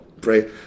Pray